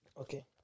Okay